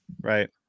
Right